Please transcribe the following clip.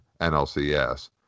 NLCS